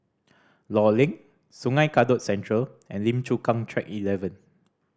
Law Link Sungei Kadut Central and Lim Chu Kang Track Eleven